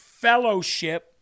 fellowship